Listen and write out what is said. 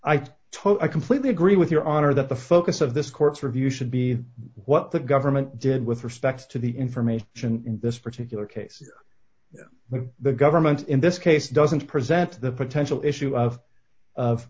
totally completely agree with your honor that the focus of this court's review should be what the government did with respect to the information in this particular case but the government in this case doesn't present the potential issue of of